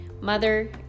mother